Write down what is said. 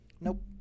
nope